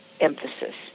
emphasis